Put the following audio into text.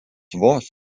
vos